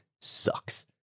sucks